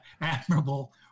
admirable